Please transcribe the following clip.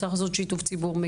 צריך לעשות שיתוף ציבור.